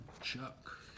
Chuck